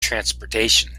transportation